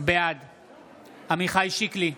בעד עמיחי שיקלי,